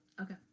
okay